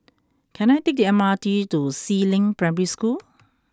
can I take the M R T to Si Ling Primary School